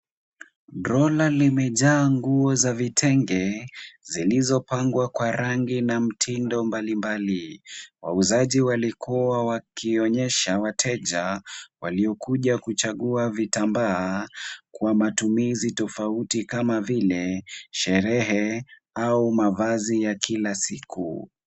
Rola limejaa nguo za vitenge, zilizopangwa kwa rangi na mtindo mbalimbali. Wauzaji walikuwa wakionyesha wateja waliokuja kuchagua vitambaa kwa matumizi tofauti, kama vile, sherehe au mavazi ya kila siku.